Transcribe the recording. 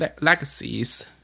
legacies